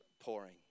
pouring